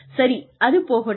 சரி அது போகட்டும்